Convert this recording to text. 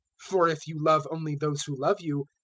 for if you love only those who love you,